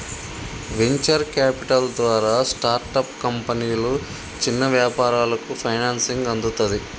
venture capital ద్వారా startup కంపెనీలు, చిన్న వ్యాపారాలకు ఫైనాన్సింగ్ అందుతది